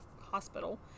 hospital